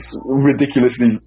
ridiculously